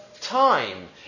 time